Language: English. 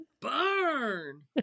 burn